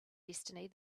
destiny